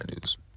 news